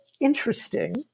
interesting